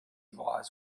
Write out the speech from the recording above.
lies